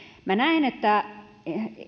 minä näen että